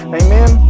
amen